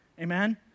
Amen